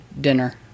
dinner